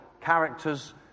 characters